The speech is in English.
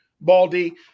Baldy